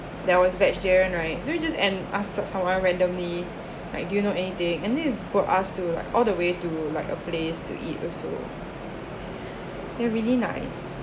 there was vegetarian right so you just and ask som~ someone randomly like do you know anything and he brought us to like all the way to like a place to eat or so they're really nice